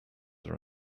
are